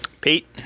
Pete